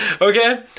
Okay